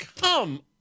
come